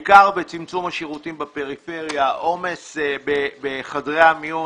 בעיקר בצמצום השירותים בפריפריה, עומס בחדרי המיון